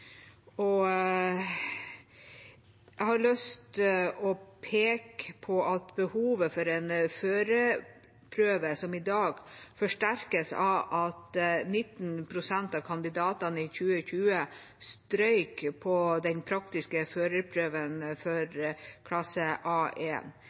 Jeg har lyst til å peke på at behovet for en førerprøve i dag forsterkes av at 19 pst. av kandidatene i 2020 strøyk på den praktiske førerprøven